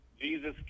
Jesus